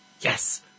yes